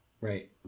right